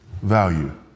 value